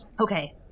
Okay